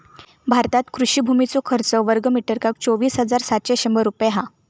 भारतात कृषि भुमीचो खर्च वर्गमीटरका चोवीस हजार सातशे शंभर रुपये हा